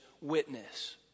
witness